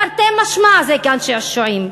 תרתי משמע זה גן-שעשועים,